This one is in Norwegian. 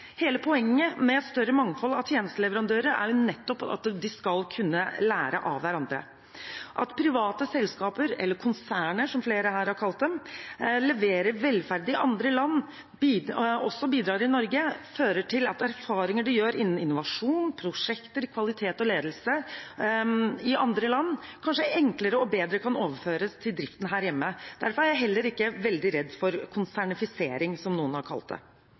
Hele poenget med større mangfold av tjenesteleverandører er nettopp at de skal kunne lære av hverandre. At private selskaper eller konserner, som flere her har kalt dem, som leverer velferd i andre land, også bidrar i Norge, fører til at erfaringer de gjør innen innovasjon, prosjekter, kvalitet og ledelse i andre land, kanskje enklere og bedre kan overføres til driften her hjemme. Derfor er jeg heller ikke veldig redd for konsernifisering, som noen har kalt det.